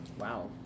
Wow